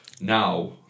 now